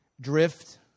Drift